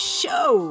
show